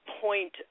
point